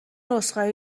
عذرخواهی